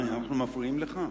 אנחנו מפריעים לך?